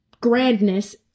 grandness